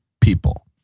people